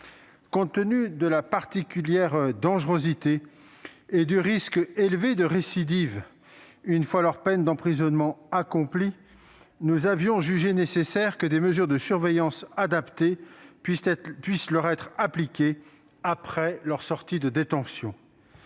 Compte tenu de la particulière dangerosité et du risque élevé de récidive de la part de tels individus une fois leur peine d'emprisonnement accomplie, nous avions jugé nécessaire que des mesures de surveillance adaptées puissent leur être appliquées après leur sortie de détention.